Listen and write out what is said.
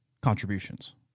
contributions